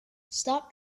stop